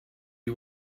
you